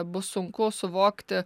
bus sunku suvokti